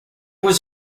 was